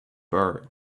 bird